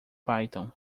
python